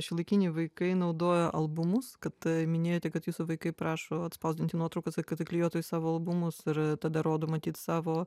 šiuolaikiniai vaikai naudoja albumus kad minėjote kad jūsų vaikai prašo atspausdinti nuotraukas kad įklijuotų į savo albumus ir tada rodo matyt savo